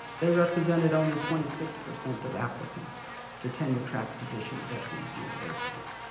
they represented only twenty six percent of applicants to tenure track positions at these universities.